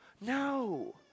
No